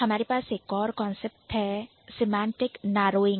हमारे पास एक और कांसेप्ट है Semantic Narrowing सिमेंटेक नारोइंग